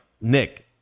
Nick